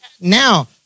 Now